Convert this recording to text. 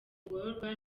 mugororwa